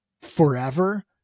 forever